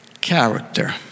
character